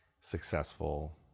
successful